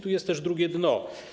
Tu jest też drugie dno.